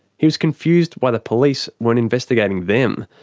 he was confused why the police weren't investigating them.